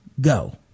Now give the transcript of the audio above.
go